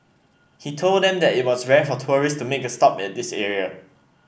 he told them that it was rare for tourists to make a stop at this area